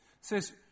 says